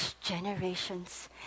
generations